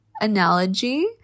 analogy